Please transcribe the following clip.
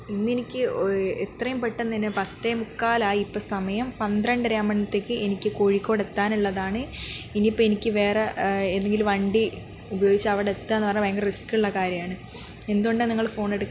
ഇന്നെനിക്ക് എത്രയും പെട്ടന്ന് തന്നെ പത്ത് മുക്കാലായി ഇപ്പം സമയം പന്ത്രണ്ടര ആവുമ്പോഴത്തേക്ക് എനിക്ക് കോഴിക്കോട് എത്താനുള്ളതാണ് ഇനി ഇപ്പം എനിക്ക് വേറെ ഏതെങ്കിലും വണ്ടി ഉപയോഗിച്ച് അവിടെ എത്തുകയെന്ന് പറഞ്ഞാൽ ഭയങ്കര റിസ്ക്കുള്ള കാര്യമാണ് എന്തുകൊണ്ടാ നിങ്ങൾ ഫോണെടുക്കാത്തത്